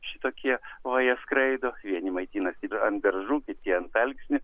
šitokie o jie skraido vieni maitina ir ant beržų kiti ant alksnių